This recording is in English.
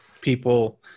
people